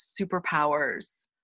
superpowers